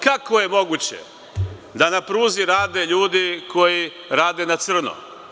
Kako je moguće da na pruzi rade ljudi koji rade na crno?